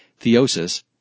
Theosis